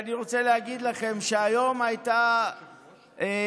אני רוצה להגיד לכם שהיום הייתה ישיבה